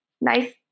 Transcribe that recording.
nice